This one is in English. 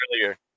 earlier